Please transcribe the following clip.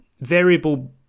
variable